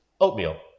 Oatmeal